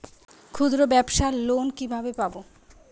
ক্ষুদ্রব্যাবসার লোন কিভাবে পাব?